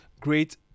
great